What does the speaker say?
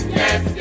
yes